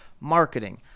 marketing